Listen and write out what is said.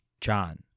John